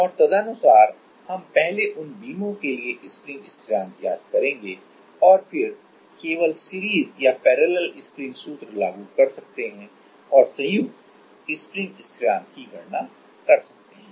और तदनुसार हम पहले उन बीमों के लिए स्प्रिंग स्थिरांक ज्ञात करेंगे और और फिर केवल सीरीज या पैरेलल स्प्रिंग सूत्र लागू कर सकते हैं और संयुक्त स्प्रिंग स्थिरांक की गणना कर सकते हैं